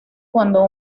cuando